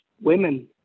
women